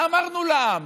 מה אמרנו לעם?